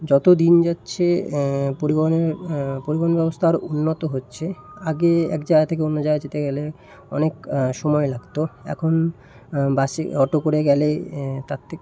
যত দিন যাচ্ছে পরিবহনের পরিবহন ব্যবস্থা আরও উন্নত হচ্ছে আগে এক জায়গা থেকে অন্য জাগায় যেতে গেলে অনেক সময় লাগতো এখন বাসে অটো করে গেলে তার থেকে